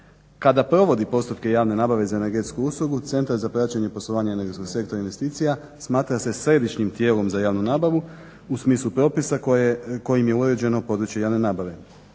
Kada provodi postupke javne nabave za energetsku uslugu Centar za praćenje poslovanja energetskog sektora i investicija smatra se središnjim tijelom za javnu nabavu u smislu propisa kojim je uređeno područje javne nabave.